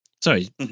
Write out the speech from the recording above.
sorry